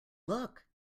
look